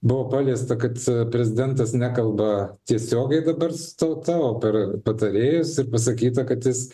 buvo paliesta kad prezidentas nekalba tiesiogiai dabar su tauta o per patarėjus ir pasakyta kad jis